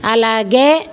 అలాగే